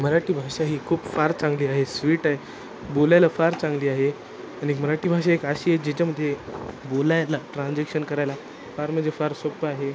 मराठी भाषा ही खूप फारच चांगली आहे स्वीट आहे बोलायला फारच चांगली आहे आणिक मराठी भाषा एक अशी आहे ज्याच्यामध्ये बोलायला ट्रान्जॅक्शन करायला फार म्हणजे फार सोपं आहे